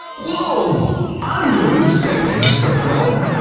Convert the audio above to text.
no um no insect, mr. frog!